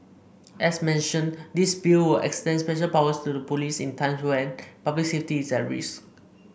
as mentioned this Bill would extend special powers to the police in times when public safety is at risk